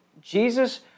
Jesus